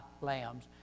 lambs